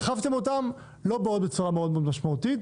הרחבתם אותן לא בצורה מאוד מאוד משמעותית,